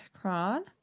Kron